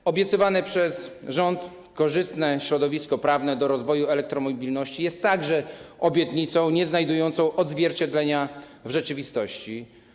Zapowiadane przez rząd korzystne środowisko prawne do rozwoju elektromobilności jest także obietnicą nieznajdującą odzwierciedlenia w rzeczywistości.